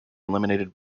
eliminated